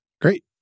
Great